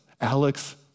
Alex